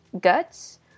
guts